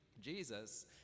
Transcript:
Jesus